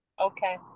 Okay